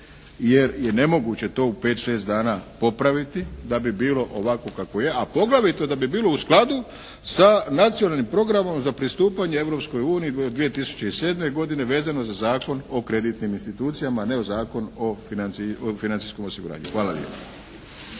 jer je nemoguće to u pet, šest dana popraviti da bi bilo ovakvo kakvo je, a poglavito da bi bilo u skladu sa Nacionalnim programom za pristupanje Europskoj uniji 2007. godine vezano za Zakon o kreditnim institucijama, a ne Zakon o financijskom osiguranju. Hvala lijepa.